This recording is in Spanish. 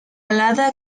alada